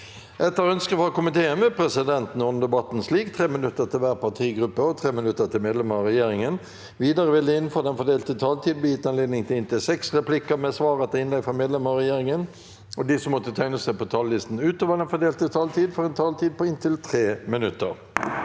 og sosialkomiteen vil presidenten ordne debatten slik: 3 minutter til hver partigruppe og 3 minutter til medlemmer av regjeringen. Videre vil det – innenfor den fordelte taletid – bli gitt anledning til inntil seks replikker med svar etter innlegg fra medlemmer av regjeringen, og de som måtte tegne seg på talerlisten utover den fordelte taletid, får også en taletid på inntil 3 minutter.